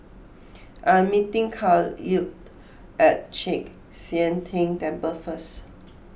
I am meeting Kahlil at Chek Sian Tng Temple first